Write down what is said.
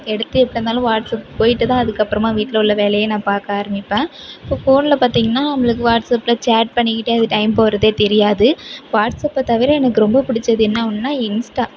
எடுத்து எப்படி இருந்தாலும் வாட்ஸ்அப் போய்விட்டு தான் அதுக்கப்புறமா வீட்டில் உள்ள வேலையை நான் பார்க்க ஆரமிப்பேன் ஃபோ ஃபோனில் பார்த்திங்னா நம்மளுக்கு வாட்ஸ்அப்பில் சேட் பண்ணிக்கிட்டு அது டைம் போகிறதே தெரியாது வாட்ஸ்அப்பை தவிர எனக்கு ரொம்ப பிடிச்சது என்ன ஒன்றுனா இன்ஸ்டா